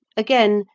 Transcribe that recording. again,